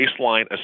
baseline